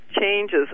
changes